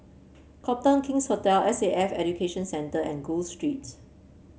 Copthorne King's Hotel S A F Education Centre and Gul Street